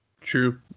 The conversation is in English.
True